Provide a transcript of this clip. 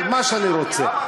על מה שאני רוצה.